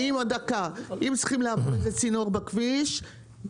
אם צריכים להעביר צינור בכביש,